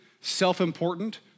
self-important